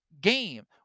game